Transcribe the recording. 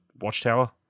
watchtower